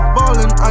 Ballin